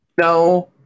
No